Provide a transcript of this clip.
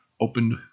opened